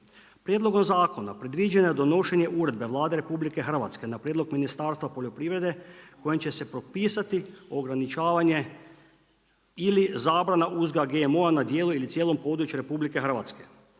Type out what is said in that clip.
Prijedlogom zakona predviđeno je donošenje uredbe Vlade RH na prijedlog Ministarstva poljoprivrede kojom će se propisati ograničavanje ili zabrana uzgoja GMO-a na dijelu ili cijelom području RH. Slijedom